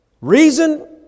Reason